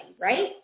right